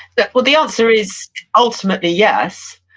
well the answer is ultimately, yes.